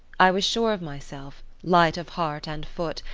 i was sure of myself, light of heart and foot,